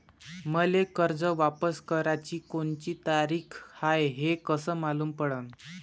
मले कर्ज वापस कराची कोनची तारीख हाय हे कस मालूम पडनं?